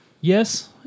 Yes